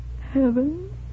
Heaven